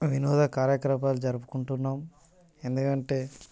వినోద కార్యకలాపాలు జరుపుకుంటున్నాం ఎందుకంటే